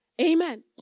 Amen